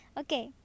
okay